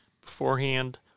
beforehand